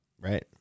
Right